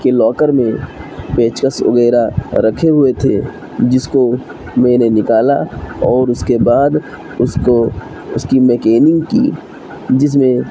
کے لاکر میں پیچکس وغیرہ رکھے ہوئے تھے جس کو میں نے نکالا اور اس کے بعد اس کو اس کی مکیننک کی جس میں